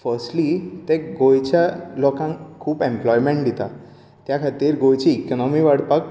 firstly तें गोंयच्या लोकांक खूब एम्पलोयमेंट दिता त्या खातीर गोंयची इकनोमी वाडपाक